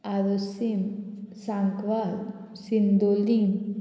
आरोसीम सांकवाल सिंदोलीं